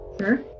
Sure